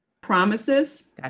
promises